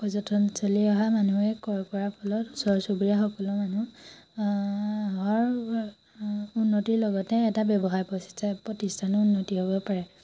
পৰ্যটনস্থলীত অহা মানুহে ক্ৰয় কৰাৰ ফলত ওচৰ চুবুৰীয়া সকলো মানুহ ৰ উন্নতিৰ লগতে এটা ব্যৱসায় প্ৰতিষ্ঠ প্ৰতিষ্ঠানো উন্নতি হ'ব পাৰে